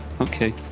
okay